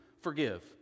forgive